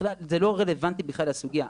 זה לא רלוונטי בכלל לסוגייה.